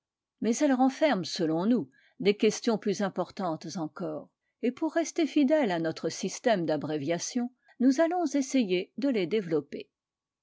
mais elle renferme selon nous des questions plus importantes encore et pour rester fidèle à notre système d'abréviation nous allons essayer de les développer